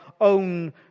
own